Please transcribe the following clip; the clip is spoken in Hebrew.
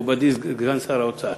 מכובדי סגן שר האוצר,